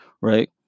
right